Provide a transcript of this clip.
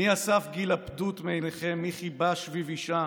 / מי אסף גיל הפדות מעינכם ומי כיבה שביב אִשָּׁהּ?